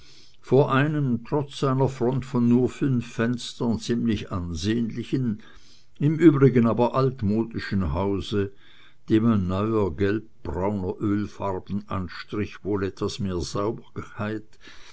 vor einem trotz seiner front von nur fünf fenstern ziemlich ansehnlichen im übrigen aber altmodischen hause dem ein neuer gelbbrauner ölfarbenanstrich wohl etwas mehr sauberkeit